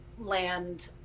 Land